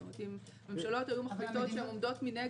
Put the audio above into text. זאת אומרת אם ממשלות היו מחליטות שהן עומדות מנגד.